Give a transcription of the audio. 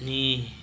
अनि